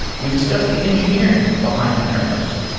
we discussed the engineering behind mattermost.